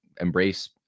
embrace